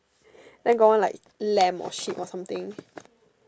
then one got like lamb or sheep or something